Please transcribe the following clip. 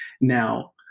Now